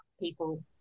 people